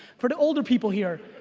for the older people here,